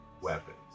Weapons